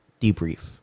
debrief